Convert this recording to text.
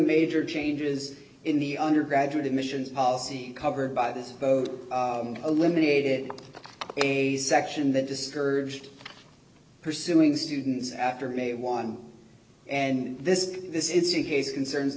major changes in the undergraduate admissions policy covered by this vote eliminated a section that discouraged pursuing students after may one and this this is a case concerns